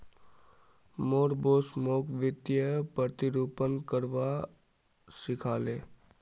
मोर बॉस मोक वित्तीय प्रतिरूपण करवा सिखा ले